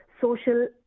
social